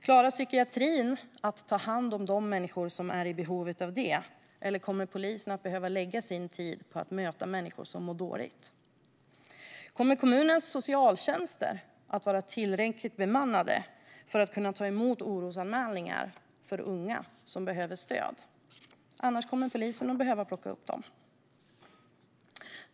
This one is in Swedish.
Klarar psykiatrin att ta hand om de människor som är i behov av vård, eller kommer polisen att behöva lägga sin tid på att möta människor som mår dåligt? Kommer kommunernas socialtjänster att vara tillräckligt bemannade för att ta emot orosanmälningar för unga som behöver stöd? Annars kommer polisen att behöva plocka upp dem.